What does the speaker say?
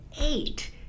eight